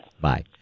Bye